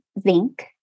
zinc